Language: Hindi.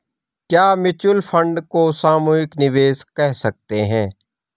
क्या म्यूच्यूअल फंड को सामूहिक निवेश कह सकते हैं?